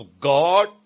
God